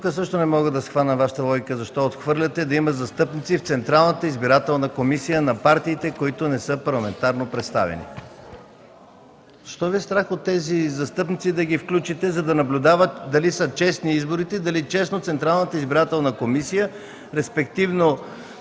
Тук също не мога да схвана Вашата логика защо отхвърляте да има застъпници в Централната избирателна комисия на партиите, които не са парламентарно представени? Защо Ви е страх тези застъпници да ги включите, за да наблюдават дали са честни изборите и дали честно Централната избирателна комисия, респективно